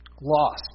lost